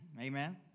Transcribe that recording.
Amen